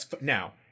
now